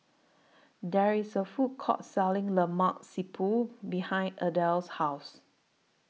There IS A Food Court Selling Lemak Siput behind Adell's House